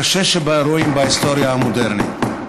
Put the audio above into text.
הקשה שבאירועים בהיסטוריה המודרנית.